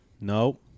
No